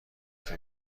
فکر